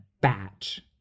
Batch